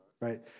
right